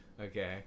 okay